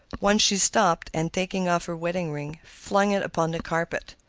once she stopped, and taking off her wedding ring, flung it upon the carpet.